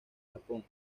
japón